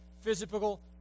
physical